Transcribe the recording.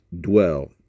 dwell